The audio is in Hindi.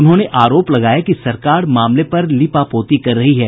उन्होंने आरोप लगाया कि सरकार मामले पर लीपापोती कर रही है